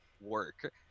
work